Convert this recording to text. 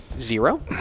Zero